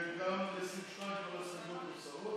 גם לסעיף 2 כל ההסתייגויות נמחקות.